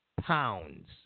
Pounds